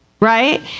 right